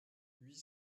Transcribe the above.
huit